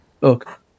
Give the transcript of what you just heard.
look